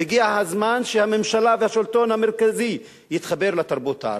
והגיע הזמן שהממשלה והשלטון המרכזי יתחברו לתרבות הערבית.